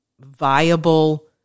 viable